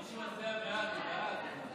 מי שמצביע בעד, הוא בעד.